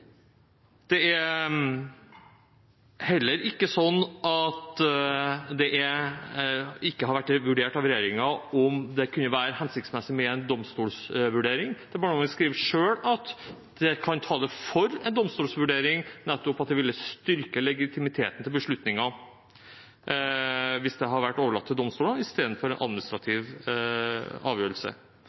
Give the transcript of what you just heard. Det er heller ikke slik at det ikke har vært vurdert av regjeringen hvorvidt det kunne være hensiktsmessig med en domstolsvurdering. Departementet skriver selv at det kan tale for en domstolsvurdering, at det nettopp ville styrket legitimiteten til beslutningene hvis det hadde vært overlatt til domstolene istedenfor at det ble en administrativ avgjørelse.